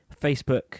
facebook